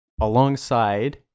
alongside